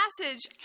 passage